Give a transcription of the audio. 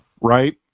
right